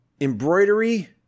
embroidery